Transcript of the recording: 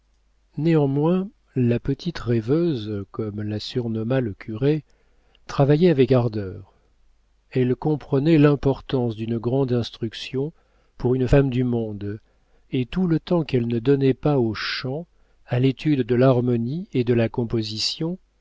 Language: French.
néanmoins la petite rêveuse comme la surnomma le curé travaillait avec ardeur elle comprenait l'importance d'une grande instruction pour une femme du monde et tout le temps qu'elle ne donnait pas au chant à l'étude de l'harmonie et de la composition